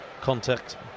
contact